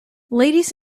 ladies